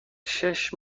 شیش